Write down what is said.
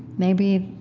maybe,